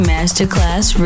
Masterclass